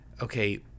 okay